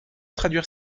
traduire